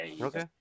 Okay